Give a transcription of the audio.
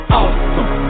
awesome